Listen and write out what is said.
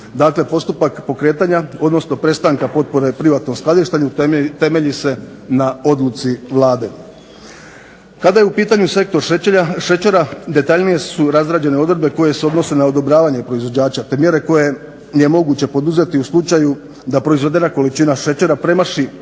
Dakle, postupak pokretanja odnosno prestanka potpore privatnom skladištenju temelji se na odluci Vlade. Kada je u pitanju sektor šećera detaljnije su razrađene odredbe koje se odnose na odobravanje proizvođača, te mjere koje je moguće poduzeti u slučaju da proizvedena količina šećera premaši